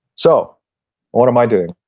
so what am i doing,